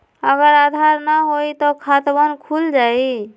अगर आधार न होई त खातवन खुल जाई?